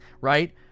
right